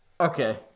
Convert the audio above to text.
Okay